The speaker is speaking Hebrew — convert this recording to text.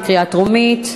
קריאה טרומית.